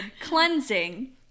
cleansing